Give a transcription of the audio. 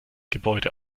gebäude